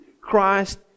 Christ